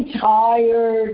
tired